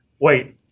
wait